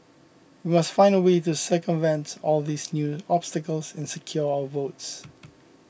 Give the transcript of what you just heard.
we must find a way to circumvent all these new obstacles and secure our votes